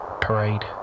Parade